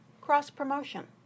Cross-promotion